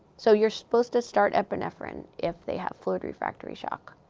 so you're supposed to start epinephrine if they have fluid refractory shock.